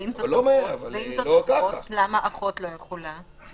אז למה אחות לא יכולה?